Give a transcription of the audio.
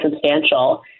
substantial